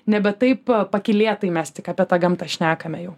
nebe taip pakylėtai mes tik apie tą gamtą šnekame jau